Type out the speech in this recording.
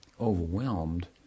overwhelmed